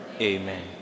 Amen